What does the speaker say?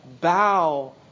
Bow